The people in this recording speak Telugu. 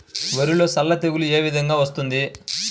వరిలో సల్ల తెగులు ఏ విధంగా వస్తుంది?